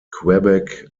quebec